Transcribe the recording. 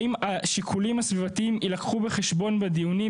האם השיקולים הסביבתיים יילקחו בחשבון בדיונים,